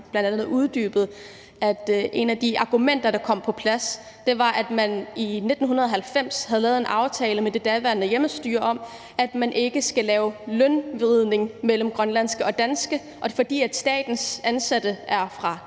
bl.a. uddybet, at en af årsagerne bag var, at man i 1990 havde lavet en aftale med det daværende hjemmestyre om, at man ikke skal skævvride grønlandske og danske lønninger, og fordi statens ansatte er fra